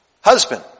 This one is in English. husband